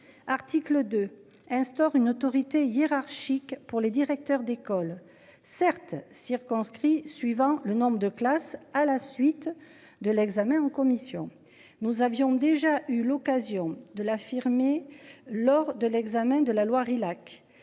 Article 2 instaure une autorité hiérarchique pour les directeurs d'école certes circonscrit suivant le nombre de classes à la suite de l'examen en commission. Nous avions déjà eu l'occasion de l'affirmer. Lors de l'examen de la loi Rilhac.